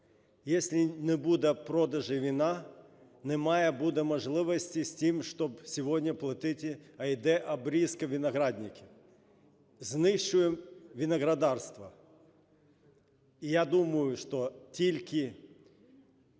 Якщо не буде продажу вина, не буде можливості з тим, щоб сьогодні платити, а йде обрізка виноградників. Знищуємо виноградарство. І я думаю, що тільки